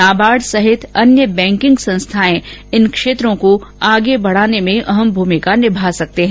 नाबार्ड सहित अन्य बैंकिंग संस्थाएं इन क्षेत्रों को आगे बढ़ाकर प्रदेश के विकास में अहा भूमिका निभा सकते हैं